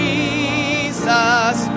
Jesus